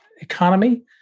economy